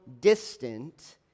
distant